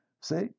See